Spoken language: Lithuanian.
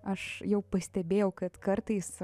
aš jau pastebėjau kad kartais